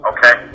Okay